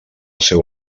seu